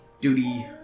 duty